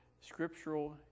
Scriptural